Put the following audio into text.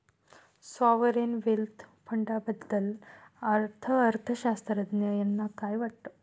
Sovereign wealth फंडाबद्दल अर्थअर्थशास्त्रज्ञ यांना काय वाटतं?